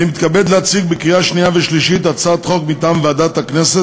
אני מתכבד להציג לקריאה השנייה והשלישית הצעת חוק מטעם ועדת הכנסת